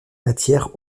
matière